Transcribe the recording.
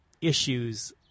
issues